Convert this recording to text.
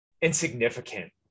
insignificant